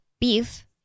beef